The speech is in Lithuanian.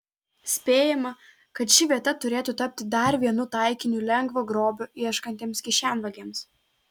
spėjama kad ši vieta turėtų tapti dar vienu taikiniu lengvo grobio ieškantiems kišenvagiams